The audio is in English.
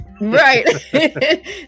Right